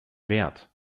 wert